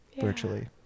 virtually